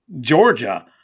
Georgia